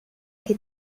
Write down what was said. che